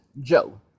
Joe